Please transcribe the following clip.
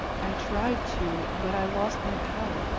i tried to, but i lost my paddle,